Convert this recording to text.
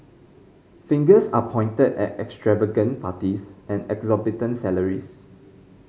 fingers are pointed at extravagant parties and exorbitant salaries